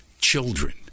Children